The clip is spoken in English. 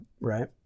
right